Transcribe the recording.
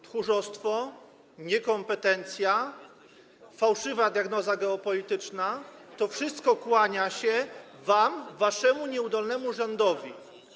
Tchórzostwo, niekompetencja, fałszywa diagnoza geopolityczna - to wszystko kłania się wam, waszemu nieudolnemu rządowi.